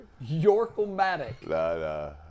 York-o-matic